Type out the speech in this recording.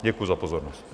Děkuji za pozornost.